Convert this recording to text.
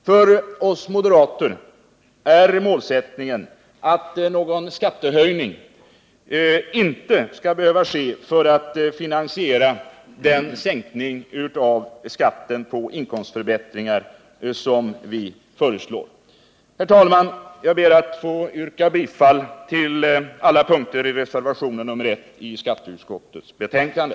För oss moderater är målsättningen att någon skattehöjning inte skall behöva ske för att finansiera den sänkning av skatten på inkomstförbättringar som vi föreslår. Herr talman! Jag ber att få yrka bifall till alla punkter i reservationen 1 vid skatteutskottets betänkande.